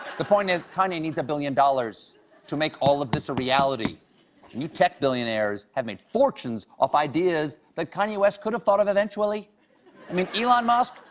the point is, kanye needs a billion dollars to make all of this a reality. and you tech billionaires have made fortunes off ideas that kanye west could have thought of eventually. i mean, elon musk,